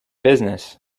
business